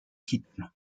gitano